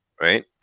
Right